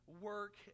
work